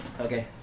Okay